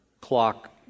clock